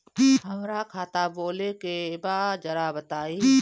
हमरा खाता खोले के बा जरा बताई